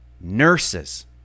nurses